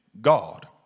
God